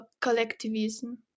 collectivism